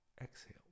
exhale